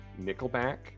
Nickelback